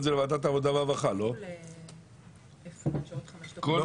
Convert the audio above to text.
נשמעו הצעות במליאה להעביר את הצעת החוק גם